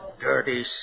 dirty